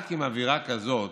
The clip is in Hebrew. רק עם אווירה כזאת